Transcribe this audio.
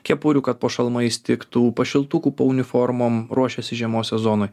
kepurių kad po šalmais tiktų pašiltukų po uniformom ruošiasi žiemos sezonui